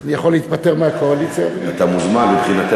אני יכול להתפטר מהקואליציה, אדוני?